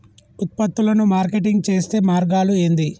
ఉత్పత్తులను మార్కెటింగ్ చేసే మార్గాలు ఏంది?